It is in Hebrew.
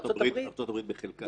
ארצות הברית בחלקה.